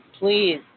please